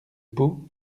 peau